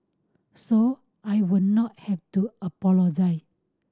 so I would not have to apologise